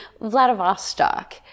Vladivostok